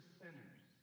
sinners